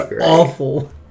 awful